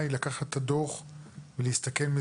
אלה שקיבלו את הדוח למשרדים עצמם,